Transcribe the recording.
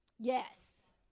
Yes